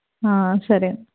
సరే అండి